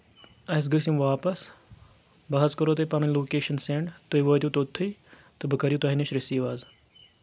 اَسہِ گٔژھ یِم واپَس بہٕ حظ کَرو تۄہہِ پَنٕنۍ لوکیشن سؠنٛڈ تُہۍ وٲتِو توٚتھُے تہٕ بہٕ کَرٕ یہِ تۄہہِ نِش رٔسیٖو حظ